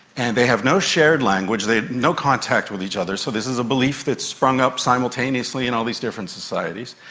and they have no shared language, they have no contact with each other, so this is a belief that sprung up simultaneously in all these different societies.